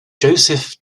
joseph